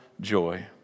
joy